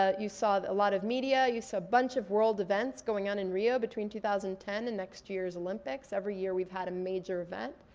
ah you saw a lot of media, you saw a bunch of world events going on in rio between two thousand and ten and next year's olympics. every year we've had a major event.